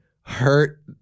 hurt